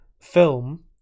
film